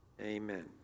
Amen